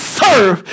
serve